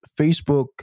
Facebook